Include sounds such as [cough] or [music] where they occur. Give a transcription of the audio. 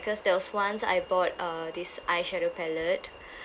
cause there was once I bought uh this eyeshadow palette [breath]